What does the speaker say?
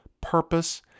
purpose